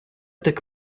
так